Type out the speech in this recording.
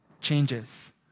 changes